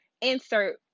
insert